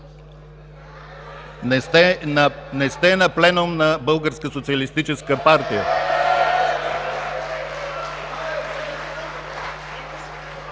Не сте на пленум на БСП.